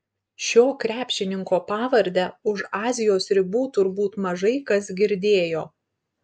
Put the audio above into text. šio krepšininko pavardę už azijos ribų turbūt mažai kas girdėjo